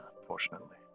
unfortunately